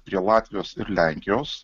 prie latvijos ir lenkijos